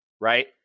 right